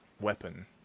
weapon